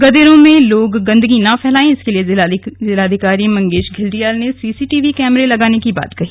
गदेरों में लोग गंदगी न फैलाए इसके लिए जिलाधिकारी मंगेश धिल्डियाल ने सीसीटीवी कैमरे लगाने की बात कही